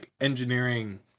engineering